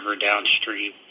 downstream